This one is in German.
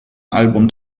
album